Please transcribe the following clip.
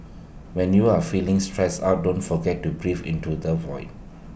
when you are feeling stressed out don't forget to breathe into the void